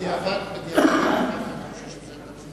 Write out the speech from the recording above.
בדיעבד אני חושב שאתה צודק,